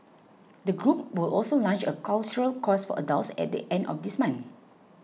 the group will also launch a cultural course for adults at the end of this month